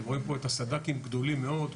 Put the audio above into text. אתם רואים את הסד"כים הגדולים מאוד,